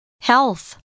Health